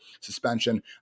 suspension